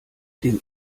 dem